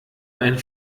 ein